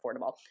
affordable